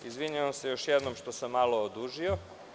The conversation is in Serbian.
Izvinjavam se još jednom što sam malo odužio.